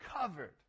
covered